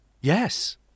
Yes